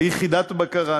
ליחידת הבקרה,